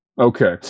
Okay